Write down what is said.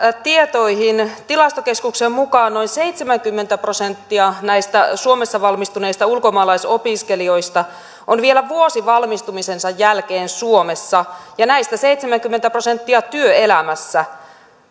tietoihin tilastokeskuksen mukaan noin seitsemänkymmentä prosenttia näistä suomessa valmistuneista ulkomaalaisopiskelijoista on vielä vuosi valmistumisensa jälkeen suomessa ja näistä seitsemänkymmentä prosenttia työelämässä